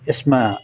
यसमा